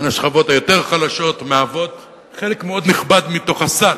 מהשכבות היותר חלשות, הם חלק מאוד נכבד מהסל.